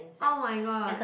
oh-my-god